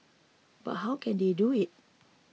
but how can they do it